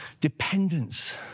dependence